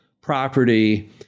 property